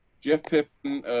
jeff pippin,